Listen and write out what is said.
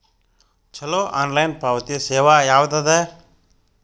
ಛಲೋ ಆನ್ಲೈನ್ ಪಾವತಿ ಸೇವಾ ಯಾವ್ದದ?